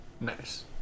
Nice